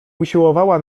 usiłowała